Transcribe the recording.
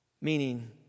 Meaning